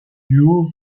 duo